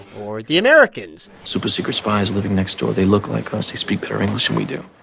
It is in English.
or the americans. super-secret spies living next door they look like us. they speak better english than we do.